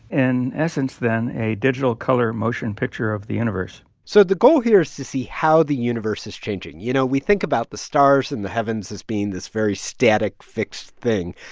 in essence, then a digital color motion picture of the universe so the goal here is to see how the universe is changing. you know, we think about the stars and the heavens as being this very static, fixed thing.